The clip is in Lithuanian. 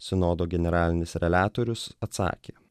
sinodo generalinis reguliatorius atsakė